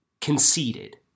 conceded